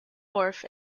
wharf